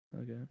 Okay